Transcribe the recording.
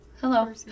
hello